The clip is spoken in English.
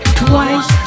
twice